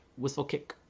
whistlekick